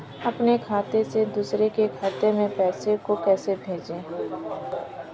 अपने खाते से दूसरे के खाते में पैसे को कैसे भेजे?